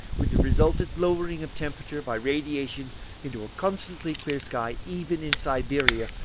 with the resulting lowering of temperature by radiation into a constantly clear sky. even in siberia,